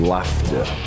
Laughter